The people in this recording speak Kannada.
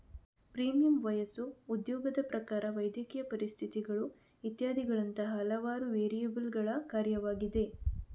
ಪ್ರೀಮಿಯಂ ವಯಸ್ಸು, ಉದ್ಯೋಗದ ಪ್ರಕಾರ, ವೈದ್ಯಕೀಯ ಪರಿಸ್ಥಿತಿಗಳು ಇತ್ಯಾದಿಗಳಂತಹ ಹಲವಾರು ವೇರಿಯಬಲ್ಲುಗಳ ಕಾರ್ಯವಾಗಿದೆ